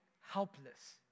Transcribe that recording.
Helpless